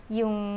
yung